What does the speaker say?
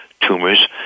tumors